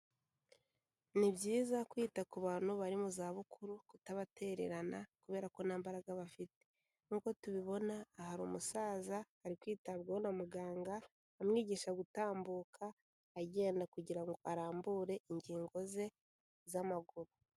Ni byiza kwita ku bantu bari mu zabukuru kutabatererana kubera ko nta mbaraga bafite, nk'uko tubibona aha hari umusaza ari kwitabwaho na muganga amwigisha gutambuka, agenda kugira ngo arambure ingingo ze z'amaguru.